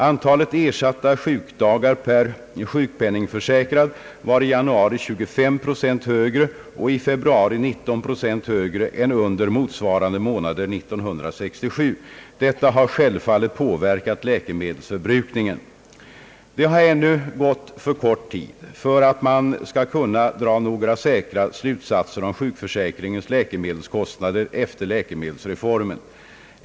Antalet ersatta sjukdagar per sjukpenningförsäkrad var i januari 25 procent högre och i februari 19 procent högre än under motsvarande månader år 1967. Detta har självfallet påverkat läkemedelsförbrukningen. Det har ännu gått för kort tid för att man skall kunna dra några säkra slutsatser om sjukförsäkringens läkemedelskostnader efter läkemedelsrefor men.